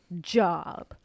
job